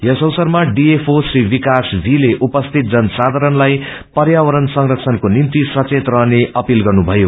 यस अवसरमा डीएफओ श्री विकास भी ले उपस्थित जन साधारणलाई प्यावरण संरक्षणको निम्ति सचेत रहने अपिल गर्नु भयो